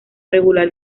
regular